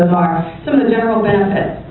some of the general benefits.